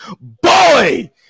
Boy